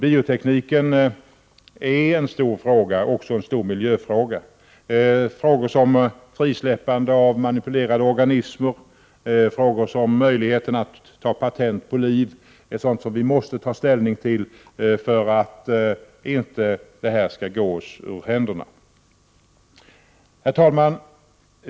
Biotekniken är en stor fråga, också en stor miljöfråga. Frågor som den om frisläppande av manipulerade organismer och den om möjligheterna att ta patent på liv är frågor som vi måste ta ställning till för att det här inte skall gå oss ur händerna. Herr talman!